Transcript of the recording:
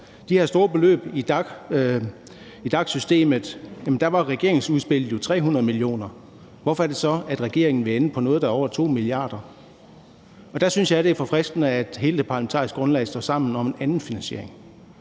de her store beløb i DAC-systemet, var regeringens udspil jo på 300 mio. kr., så hvorfor er det, at regeringen vil ende på noget, der er på over 2 mia. kr.? Der synes jeg, det er forfriskende, at hele det parlamentariske grundlag står sammen om en anden finansiering.